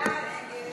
ההסתייגות (37)